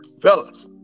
fellas